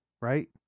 right